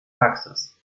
praxis